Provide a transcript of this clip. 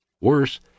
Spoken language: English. Worse